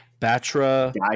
Batra